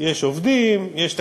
יש עובדים, יש תקציבים,